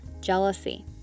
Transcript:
jealousy